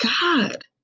God